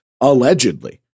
allegedly